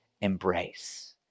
embrace